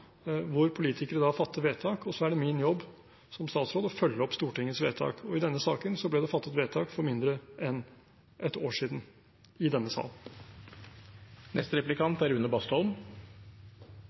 hvor politikere fatter vedtak, og så er det min jobb som statsråd å følge opp Stortingets vedtak. Og i denne saken ble det fattet vedtak for mindre enn ett år siden i denne